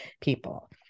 people